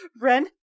Ren